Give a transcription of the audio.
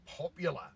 popular